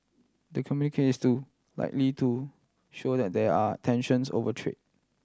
the communique is to likely to show that there are tensions over trade